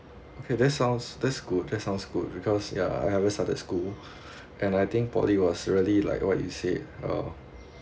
okay that's sound that's good that's sounds good because ya I haven't started school and I think poly was really like what you said uh